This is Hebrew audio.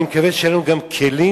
אני מקווה שיהיו לנו גם כלים,